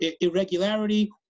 irregularity